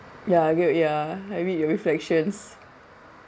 ya I agree with you ya I read your reflections